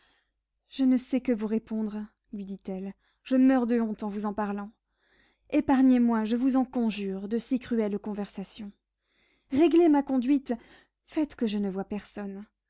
je ne sais que vous répondre lui dit-elle je meurs de honte en vous en parlant épargnez-moi je vous en conjure de si cruelles conversations réglez ma conduite faites que je ne voie personne